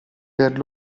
per